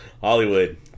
Hollywood